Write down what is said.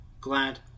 Glad